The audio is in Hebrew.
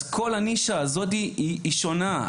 כל הנישה הזו שונה.